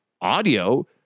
audio